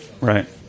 Right